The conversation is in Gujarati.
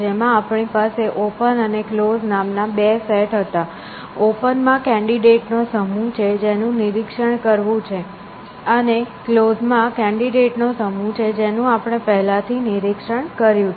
જેમાં આપણી પાસે ઓપન અને ક્લોઝ નામના બે સેટ હતા ઓપન માં કેન્ડિડેટ નો સમૂહ છે જેનું નિરીક્ષણ કરવું છે અને માં કેન્ડિડેટ નો સમૂહ કે જેનું આપણે પહેલાથી નિરીક્ષણ કર્યું છે